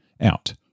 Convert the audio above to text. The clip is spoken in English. out